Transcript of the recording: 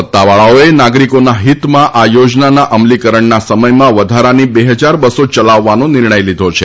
સત્તાવાળાઓએ નાગરીકોના હિતમાં આ યોજનાના અમલીકરણના સમયમાં વધારાની બે હજાર બસો ચલાવવાનો નિર્ણય લીધો છે